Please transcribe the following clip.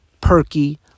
perky